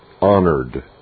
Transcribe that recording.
honored